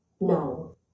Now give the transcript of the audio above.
No